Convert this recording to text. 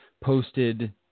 posted